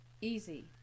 easy